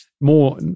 more